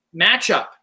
matchup